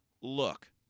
look